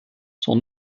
son